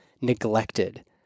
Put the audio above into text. neglected